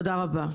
תודה רבה.